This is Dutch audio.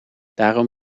daarom